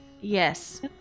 Yes